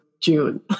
June